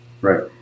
right